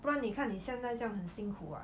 不然你看你现在这样很辛苦 what